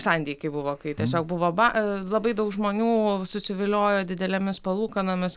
santykiai buvo kai tiesiog buvo ba labai daug žmonių susiviliojo didelėmis palūkanomis